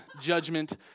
judgment